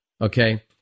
Okay